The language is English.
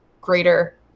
greater